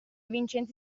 vincenzi